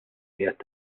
qiegħed